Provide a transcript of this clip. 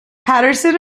paterson